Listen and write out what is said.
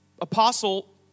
apostle